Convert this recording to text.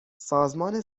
سازمان